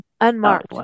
unmarked